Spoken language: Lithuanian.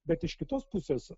bet iš kitos pusės